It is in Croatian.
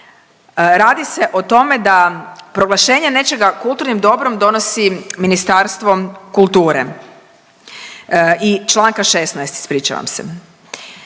radi se o tome da proglašenje nečega kulturnim dobrom donosi Ministarstvo kulture i čl. 16., ispričavam se.